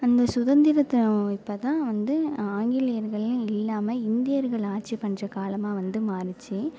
அந்த சுதந்திரத்தை இப்போதான் வந்து ஆங்கிலேயர்களே இல்லாமல் இந்தியர்கள் ஆட்சி பண்ற காலமாக வந்து மாறுனுச்சி